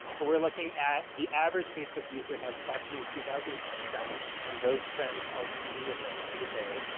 but we're looking at the average facebook user has approximately two thousand friends and those friends post three to ten times a day.